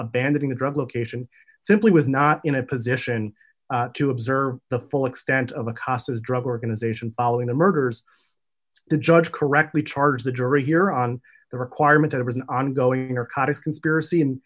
abandoning the drug location simply was not in a position to observe the full extent of the casa's drug organization following the murders the judge correctly charged the jury here on the requirement of an ongoing arcata conspiracy and